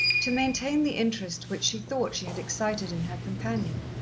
to maintain the interest which she thought she had excited in her companion.